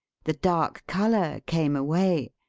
the dark colour came away,